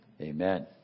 Amen